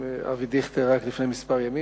עם אבי דיכטר, רק לפני כמה ימים.